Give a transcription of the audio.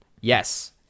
Yes